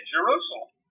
Jerusalem